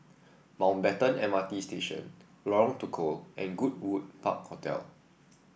Mountbatten M R T Station Lorong Tukol and Goodwood Park Hotel